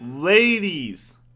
Ladies